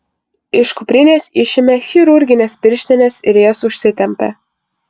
iš kuprinės išėmė chirurgines pirštines ir jas užsitempė